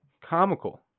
comical